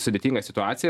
sudėtinga situacija